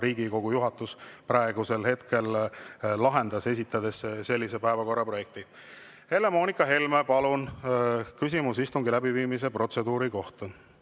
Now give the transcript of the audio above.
Riigikogu juhatus praegusel hetkel lahendas, esitades sellise päevakorraprojekti. Helle-Moonika Helme, palun, küsimus istungi läbiviimise protseduuri kohta!